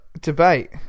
debate